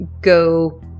go